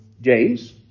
James